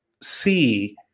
see